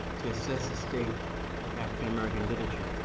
to assess a state of african american literature.